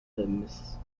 misfortunes